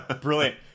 Brilliant